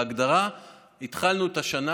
בהגדרה התחלנו את השנה,